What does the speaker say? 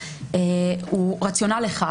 הוא רציונל אחד,